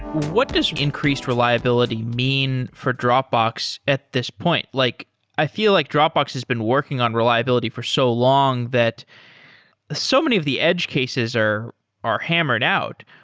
what does increased reliability mean for dropbox at this point? like i feel like dropbox has been working on reliability for so long that so many of the edge cases are are hammered out.